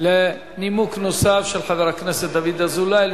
לנימוק נוסף, של חבר הכנסת דוד אזולאי.